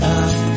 up